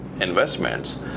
investments